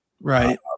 right